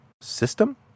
system